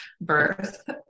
birth